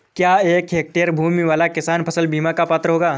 क्या एक हेक्टेयर भूमि वाला किसान फसल बीमा का पात्र होगा?